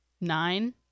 Nine